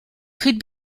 could